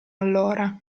allora